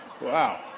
Wow